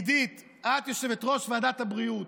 עידית, את יושבת-ראש ועדת הבריאות,